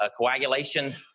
coagulation